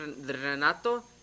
Renato